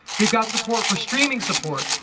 they've got support for streaming support,